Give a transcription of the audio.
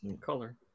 Color